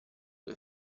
due